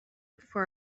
for